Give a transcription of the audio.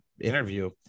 interview